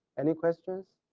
any questions?